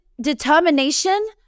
determination